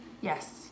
Yes